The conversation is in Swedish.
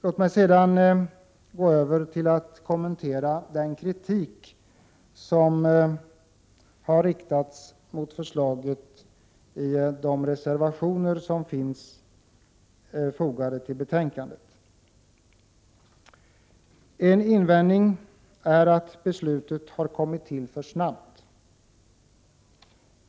Låt mig sedan gå över till att kommentera den kritik som har riktats mot förslaget i de reservationer som fogats till betänkandet. En invändning är att beslutet har kommit till för snabbt.